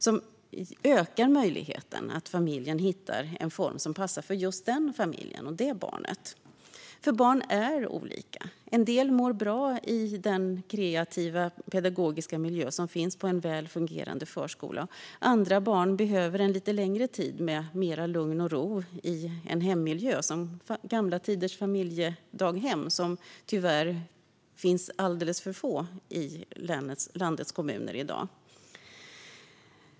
Det ökar möjligheten att familjen hittar en form som passar för just den familjen och det barnet. Barn är olika. En del mår bra i den kreativa pedagogiska miljö som finns på en väl fungerande förskola. Andra barn behöver lite längre tid med mer lugn och ro i hemmiljö, som gamla tiders familjedaghem. Det är något som tyvärr finns i alldeles för få kommuner i landet i dag.